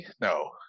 no